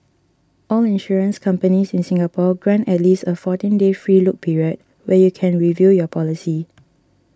all insurance companies in Singapore grant at least a fourteen day free look period where you can review your policy